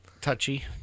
Touchy